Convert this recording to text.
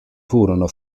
furono